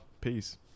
Peace